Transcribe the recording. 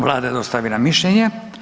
Vlada je dostavila mišljenje.